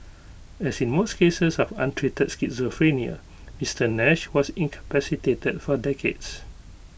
as in most cases of untreated schizophrenia Mister Nash was incapacitated for decades